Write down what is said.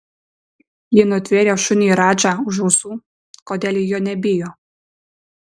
ji nutvėrė šunį radžą už ausų kodėl ji jo nebijo